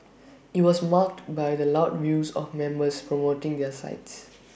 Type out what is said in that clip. IT was marked by the loud views of members promoting their sides